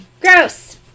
Gross